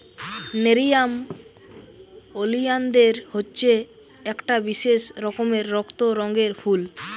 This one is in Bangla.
নেরিয়াম ওলিয়ানদের হচ্ছে একটা বিশেষ রকমের রক্ত রঙের ফুল